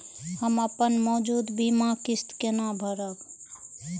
हम अपन मौजूद बीमा किस्त केना भरब?